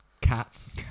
cats